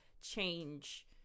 change